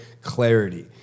clarity